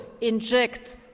inject